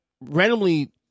randomly